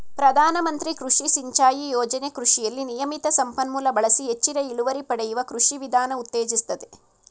ಪ್ರಧಾನಮಂತ್ರಿ ಕೃಷಿ ಸಿಂಚಾಯಿ ಯೋಜನೆ ಕೃಷಿಯಲ್ಲಿ ನಿಯಮಿತ ಸಂಪನ್ಮೂಲ ಬಳಸಿ ಹೆಚ್ಚಿನ ಇಳುವರಿ ಪಡೆಯುವ ಕೃಷಿ ವಿಧಾನ ಉತ್ತೇಜಿಸ್ತದೆ